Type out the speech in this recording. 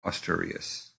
asturias